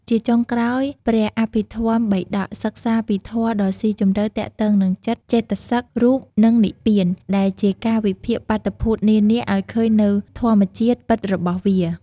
ជាចុងក្រោយ ព្រះអភិធម្មបិដក សិក្សាពីធម៌ដ៏ស៊ីជម្រៅទាក់ទងនឹងចិត្ត ចេតសិក រូប និងនិព្វាន ដែលជាការវិភាគបាតុភូតនានាឱ្យឃើញនូវធម្មជាតិពិតរបស់វា។